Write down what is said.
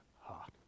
heart